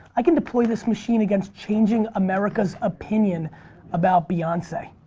i can deploy this machine against changing america's opinion about beyonce.